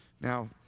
Now